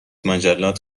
مجلات